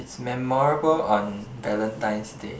it's memorable on Valentines Day